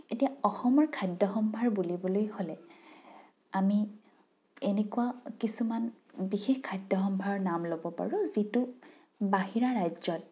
এতিয়া অসমৰ খাদ্য সম্ভাৰ বুলিবলৈ হ'লে আমি এনেকুৱা কিছুমান বিশেষ খাদ্য সম্ভাৰৰ নাম ল'ব পাৰোঁ যিটো বাহিৰা ৰাজ্যত